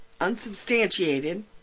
Unsubstantiated